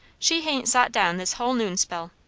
she hain't sot down this hull noonspell.